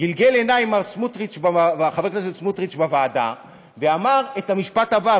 גלגל עיניים חבר הכנסת סמוטריץ בוועדה ואמר את המשפט הבא,